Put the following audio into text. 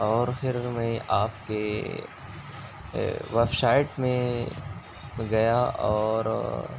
اور پھر میں آپ کے ویب سائٹ میں میں گیا اور